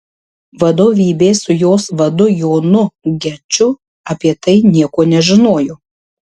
vadovybė su jos vadu jonu geču apie tai nieko nežinojo